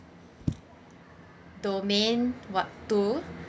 domain what two